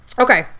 okay